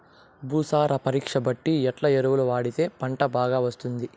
భూసార పరీక్ష బట్టి ఎట్లా ఎరువులు వాడితే పంట బాగా వస్తుంది?